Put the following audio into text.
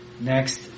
Next